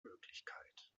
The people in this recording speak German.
möglichkeit